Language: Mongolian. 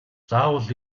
заавал